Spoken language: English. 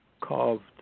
carved